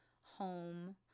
home